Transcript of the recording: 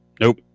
Nope